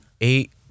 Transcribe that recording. eight